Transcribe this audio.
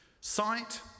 Sight